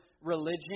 religion